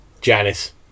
Janice